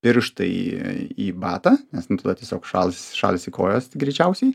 pirštai į batą nes tada tiesiog šals šalsi kojas greičiausiai